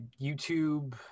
youtube